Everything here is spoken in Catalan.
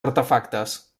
artefactes